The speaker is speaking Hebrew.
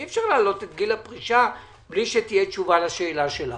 אי אפשר להעלות את גיל הפרישה בלי שתהיה תשובה לשאלה שלך.